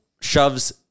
shoves